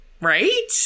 Right